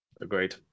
Agreed